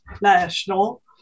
national